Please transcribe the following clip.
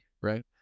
right